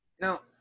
Now